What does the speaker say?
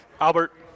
Albert